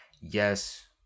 Yes